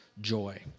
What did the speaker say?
joy